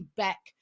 back